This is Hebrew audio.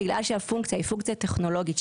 בגלל שהפונקציה היא פונקציה טכנולוגית,